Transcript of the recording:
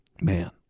man